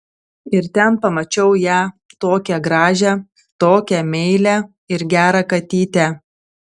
ir ten pamačiau ją tokią gražią tokią meilią ir gerą katytę